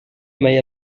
mai